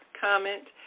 comment